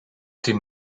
tim